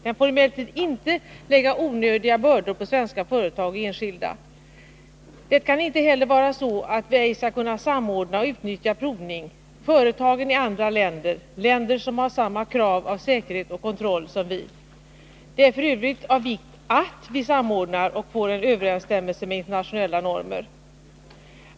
Den får emellertid inte lägga onödiga bördor på svenska företag och enskilda. Det kan inte heller vara så att vi ej skall kunna samordna olika verksamheter och utnyttja provning, företagen i andra länder, länder som har samma krav på säkerhet och kontroll som vi. Det är f.ö. av vikt att vi gör en samordning och får en överensstämmelse med internationella normer.